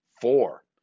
Four